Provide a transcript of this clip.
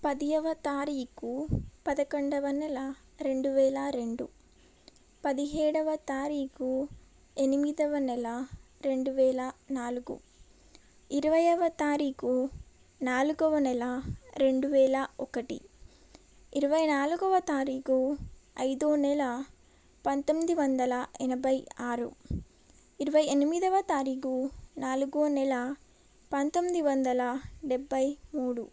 పదవ తారీఖు పదకొండవ నెల రెండు వేల రెండు పదిహేడవ తారీఖు ఎనిమిదవ నెల రెండు వేల నాలుగు ఇరవైయవ తారీఖు నాల్గవ నెల రెండు వేల ఒకటి ఇరవై నాల్గవ తారీఖు ఐదవ నెల పంతొమ్మిది వందల ఎనభై ఆరు ఇరవై ఎనిమిదవ తారీఖు నాలుగవ నెల పంతొమ్మిది వందల డెబ్భై మూడు